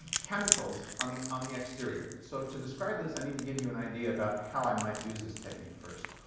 chemicals on the on the exterior. so to describe this i need to give you an idea about how i might use this technique first.